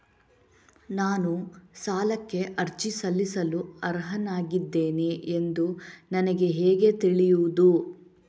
ನಾನು ಸಾಲಕ್ಕೆ ಅರ್ಜಿ ಸಲ್ಲಿಸಲು ಅರ್ಹನಾಗಿದ್ದೇನೆ ಎಂದು ನನಗೆ ಹೇಗೆ ತಿಳಿಯುದು?